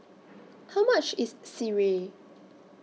How much IS Sireh